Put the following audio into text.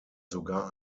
sogar